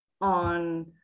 on